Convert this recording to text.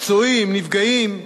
פצועים, נפגעים.